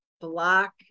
block